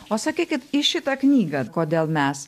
o sakė kad į šitą knygą kodėl mes